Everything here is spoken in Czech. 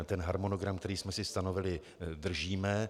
Ten harmonogram, který jsme si stanovili, držíme.